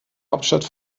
hauptstadt